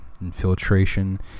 infiltration